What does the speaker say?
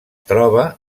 troba